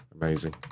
Amazing